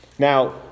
Now